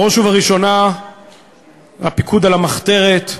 בראש ובראשונה הפיקוד על המחתרת,